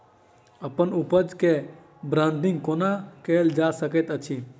अप्पन उपज केँ ब्रांडिंग केना कैल जा सकैत अछि?